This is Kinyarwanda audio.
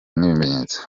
n’ibimenyetso